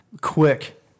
quick